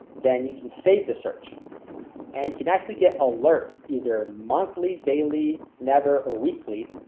then you can save the search and can actually get alerts either monthly daily. never or weekly.